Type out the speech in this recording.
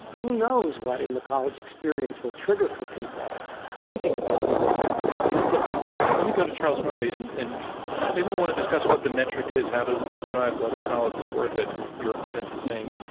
who knows what, in the college experience will trigger for people thinking about the world in a different way. let me go to charles murray and and maybe we want to discuss what the metric is, how do we describe whether college is worth it. and your opponent is saying,